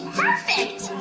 perfect